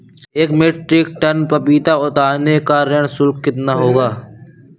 एक metric ton पपीता उतारने का श्रम शुल्क कितना होगा?